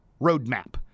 roadmap